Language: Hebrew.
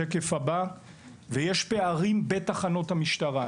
ויש פערים בתחנות המשטרה.